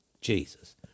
Jesus